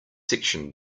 section